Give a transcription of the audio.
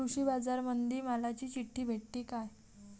कृषीबाजारामंदी मालाची चिट्ठी भेटते काय?